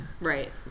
right